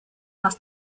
are